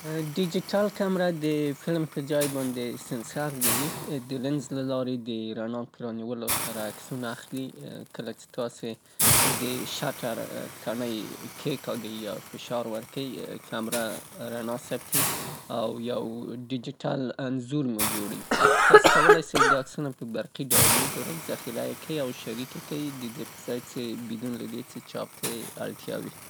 دیجیتل کمره د فلم پرځای د سنسر په وسیله عکسونه اخلي. کله چه تاسې عکس اخلئ رڼا د لینز له لارې ننوځي او سنسر سره ټکر کیي، یو بریښنایي عکس رامنځته کیي، دا عکس بیا پراسس کیږي او ډیجیتال فایل په توګه خوندي کيږي، کوم څې تاسې کولای سئ په کمرې کې یې وګورئ او یا هم تاسې کولای سئ دغه فایل خپل کمپیوټر ته انتقال کئ.